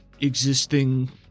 existing